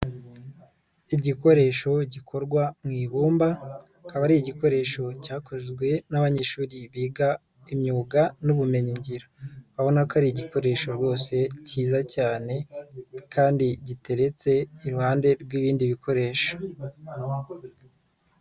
Igikoresho gikorwa mu ibumba akaba ari igikoresho cyakozwe n'abanyeshuri biga imyuga n'ubumenyin ngiro, urabona ko ari igikoresho rwose cyiza cyane kandi giteretse iruhande rw'ibindi bikoresho.